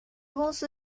公司